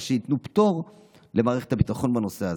שייתנו פטור למערכת הביטחון בנושא הזה?